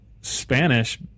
Spanish